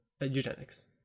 eugenics